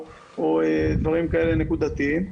דברים כאלה נקודתיים.